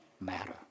matter